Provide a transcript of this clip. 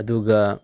ꯑꯗꯨꯒ